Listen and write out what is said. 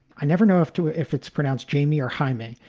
i never know if to ah if it's pronounced jamie or himy,